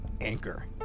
Anchor